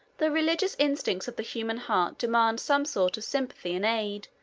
the religious instincts of the human heart demand some sort of sympathy and aid,